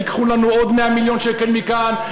ייקחו לנו עוד 100 מיליון שקל מכאן,